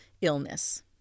illness